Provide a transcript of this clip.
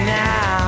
now